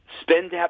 spend –